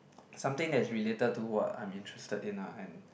something that's related to what I'm interested in an and